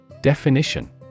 Definition